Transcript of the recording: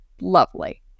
lovely